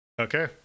Okay